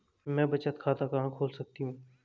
मैं बचत खाता कहां खोल सकती हूँ?